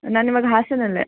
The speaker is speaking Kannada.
ನಾನು ಇವಾಗ ಹಾಸನದಲ್ಲೇ